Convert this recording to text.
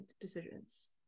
decisions